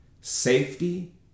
safety